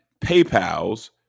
PayPal's